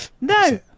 No